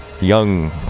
young